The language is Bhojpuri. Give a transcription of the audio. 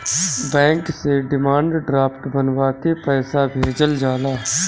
बैंक से डिमांड ड्राफ्ट बनवा के पईसा भेजल जाला